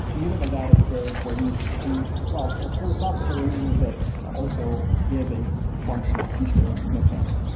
immutable data is very important. and well, for philosophical reasons that also is a functional feature in in a sense.